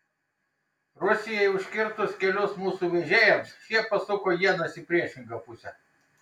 rusijai užkirtus kelius mūsų vežėjams šie pasuko ienas į priešingą pusę